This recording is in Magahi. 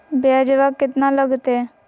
ब्यजवा केतना लगते?